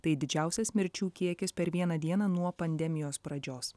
tai didžiausias mirčių kiekis per vieną dieną nuo pandemijos pradžios